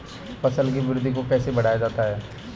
फसल की वृद्धि को कैसे बढ़ाया जाता हैं?